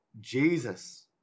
Jesus